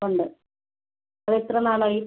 ഉണ്ട് അത് അത്ര നാളായി